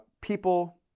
people